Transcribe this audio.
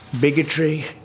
bigotry